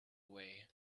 way